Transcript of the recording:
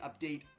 update